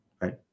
right